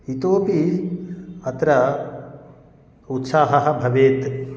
इतोऽपि अत्र उत्साहः भवेत्